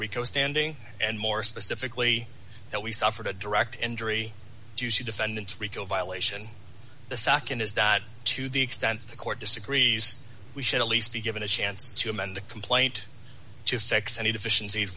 rico standing and more specifically that we suffered a direct injury due to defendant's rico violation the sac in his dad to the extent the court disagrees we should at least be given a chance to amend the complaint to fix any deficiencies